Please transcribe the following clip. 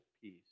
peace